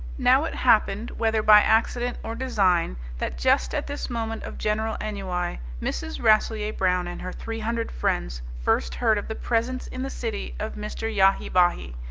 now it happened, whether by accident or design, that just at this moment of general ennui mrs. rasselyer-brown and her three hundred friends first heard of the presence in the city of mr. yahi-bahi,